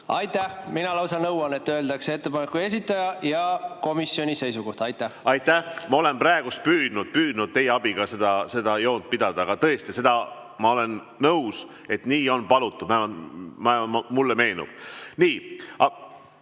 Aitäh! Mina lausa nõuan, et öeldaks ettepaneku esitaja ja komisjoni seisukoht. Aitäh! Ma olen praegu püüdnud teie abiga seda joont pidada, aga tõesti, sellega ma olen nõus, et nii on palutud, vähemalt nii